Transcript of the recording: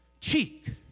cheek